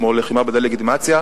כמו לחימה בדה-לגיטימציה,